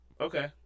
Okay